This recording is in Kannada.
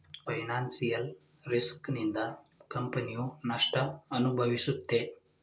ಫೈನಾನ್ಸಿಯಲ್ ರಿಸ್ಕ್ ನಿಂದ ಕಂಪನಿಯು ನಷ್ಟ ಅನುಭವಿಸುತ್ತೆ